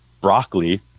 broccoli